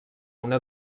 una